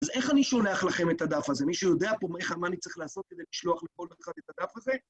אז איך אני שולח לכם את הדף הזה? מישהו יודע פה בכלל מה אני צריך לעשות כדי לשלוח לכל אחד את הדף הזה?